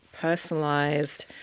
Personalized